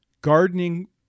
gardening